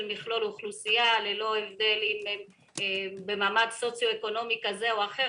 מכלול אוכלוסייה ללא הבדל מעמד סוציו-אקונומי כזה או אחר.